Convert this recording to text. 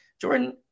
Jordan